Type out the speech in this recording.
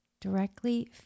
Directly